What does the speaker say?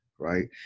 Right